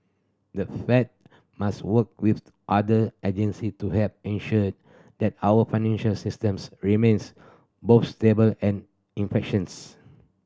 the Fed must work with other agency to help ensure that our financial systems remains both stable and efficient